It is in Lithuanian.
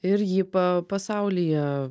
ir ji pa pasaulyje